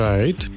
Right